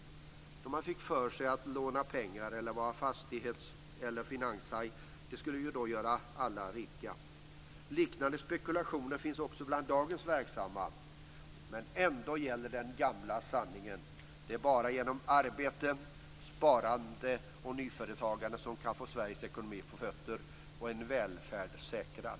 Det var då som man fick för sig att man skulle låna pengar och vara finanshaj och att detta skulle göra alla rika. Liknande spekulationer finns också bland dagens verksamma. Men den gamla sanningen gäller fortfarande: Det är bara genom arbete, sparande och nyföretagande som vi kan Sveriges ekonomi på fötter och en välfärd säkrad.